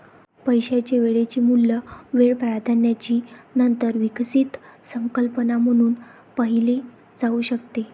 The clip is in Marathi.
पैशाचे वेळेचे मूल्य वेळ प्राधान्याची नंतर विकसित संकल्पना म्हणून पाहिले जाऊ शकते